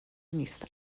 نیست